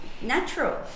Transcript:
natural